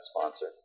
sponsor